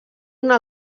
una